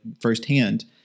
firsthand